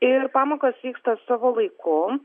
ir pamokos vyksta savo laiku